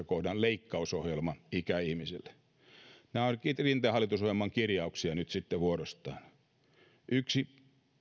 kohdan leikkausohjelman ikäihmisille siis äsken luettelin nämä ovat rinteen hallitusohjelman kirjauksia nyt vuorostaan yksi